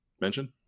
mention